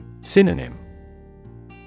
Synonym